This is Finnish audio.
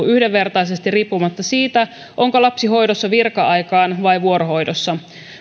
yhdenvertaisesti riippumatta siitä onko lapsi hoidossa virka aikaan vai vuorohoidossa